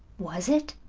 was it?